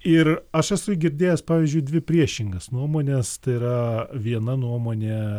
ir aš esu girdėjęs pavyzdžiui dvi priešingas nuomones tai yra viena nuomonė